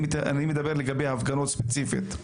אני מדבר לגבי הפגנות ספציפית.